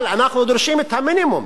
אבל אנחנו דורשים את המינימום,